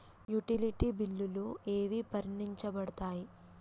Utility బిల్లులు ఏవి పరిగణించబడతాయి?